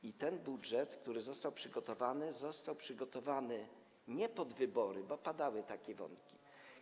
I ten budżet, który został przygotowany, został przygotowany nie pod wybory, bo padały takie słowa.